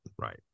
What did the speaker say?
Right